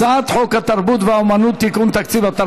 התרבות והספורט נתקבלה.